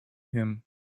him